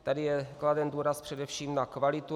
Tady je kladen důraz především na kvalitu.